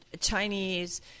Chinese